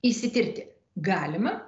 išsitirti galima